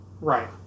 Right